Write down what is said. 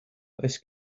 does